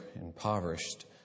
impoverished